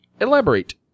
Elaborate